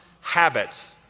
habits